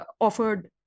offered